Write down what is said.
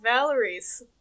Valerie's